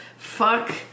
Fuck